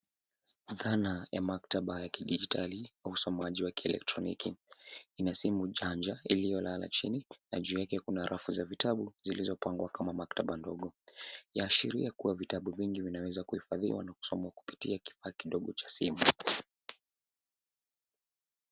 Dhana ya maktaba ya kidijitali wa usomaji wa kielektroniki ina simu chanja iliyo lala chini na juu yake kuna rafu za vitabu zilizopangwa kama maktaba ndogo. Yaashiria kua vitabu vingi vinaweza kuhifadhiwa na kusomwa kupitia kifaa kidogo cha simu.